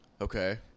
Okay